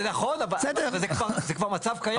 זה נכון, אבל זה כבר מצב קיים.